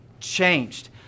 changed